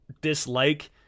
dislike